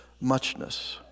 Muchness